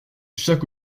chaque